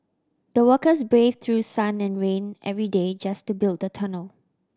the workers brave through sun and rain every day just to build the tunnel